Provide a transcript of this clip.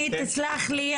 תסלח לי,